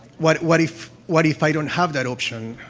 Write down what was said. what what if what if i don't have that option,